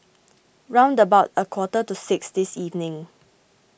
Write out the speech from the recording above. round about a quarter to six this evening